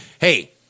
Hey